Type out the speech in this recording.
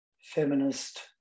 feminist